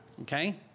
okay